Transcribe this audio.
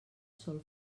sol